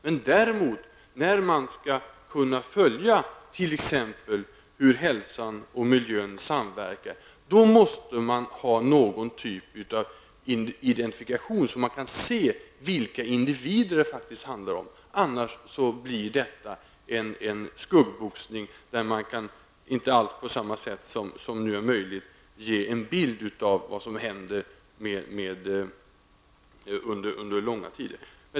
Men för att man skall kunna följa t.ex. hur hälsan och miljön samverkar måste man ha någon typ av identifikation så att man kan se vilka individer det faktiskt handlar om. Annars blir detta en skuggboxning där man inte på samma sätt som nu är möjligt kan ge en bild av vad som händer under lång tid.